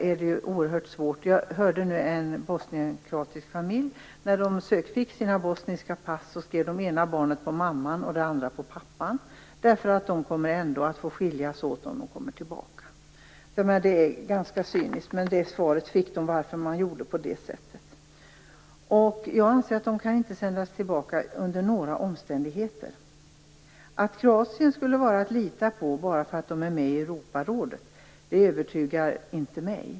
Jag hörde talas om en bosnienkroatisk familj som när de fick sina bosniska pass skrev det ena barnet på mamman och det andra på pappan, eftersom de ändå kommer att få lov att skiljas åt om de kommer tillbaka. Det är ganska cyniskt, men det var anledningen till att man gjorde på det sättet. Jag anser att dessa människor inte kan sändas tillbaka under några omständigheter. Att Kroatien skulle vara att lita på bara därför att landet är med i Europarådet övertygar inte mig.